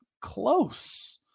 close